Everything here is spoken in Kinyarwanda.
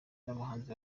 n’abahanzi